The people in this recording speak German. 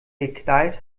geknallt